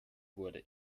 wurde